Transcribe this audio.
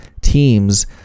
teams